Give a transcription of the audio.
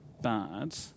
bad